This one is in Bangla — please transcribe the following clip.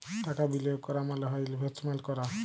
টাকা বিলিয়গ ক্যরা মালে হ্যয় ইলভেস্টমেল্ট ক্যরা